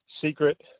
secret